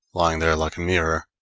lying there like a mirror,